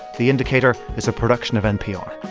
the indicator is a production of npr